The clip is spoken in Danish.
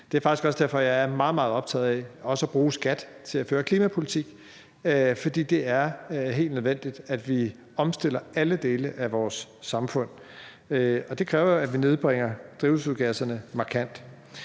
Det er faktisk også derfor, jeg er meget, meget optaget af også at bruge skat til at føre klimapolitik. For det er helt nødvendigt, at vi omstiller alle dele af vores samfund, og det kræver jo, at vi nedbringer udledningen af drivhusgasser markant.